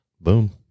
Boom